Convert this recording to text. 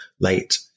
late